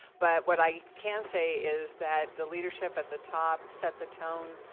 but what i can say is that the leadership at the top set the tone.